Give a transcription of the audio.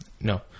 No